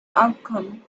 outcome